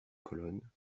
colonnes